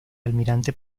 almirante